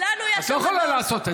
את לא יכולה לעשות את זה.